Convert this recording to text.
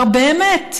באמת,